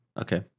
Okay